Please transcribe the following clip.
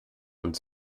und